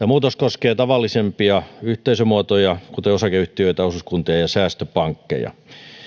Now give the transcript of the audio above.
muutos koskee tavallisimpia yhteisömuotoja kuten osakeyhtiöitä osuuskuntia ja ja säästöpankkeja